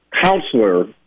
counselor